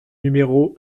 numéro